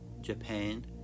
Japan